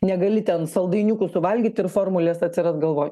negali ten saldainiukų suvalgyt ir formulės atsiras galvoj